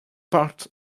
part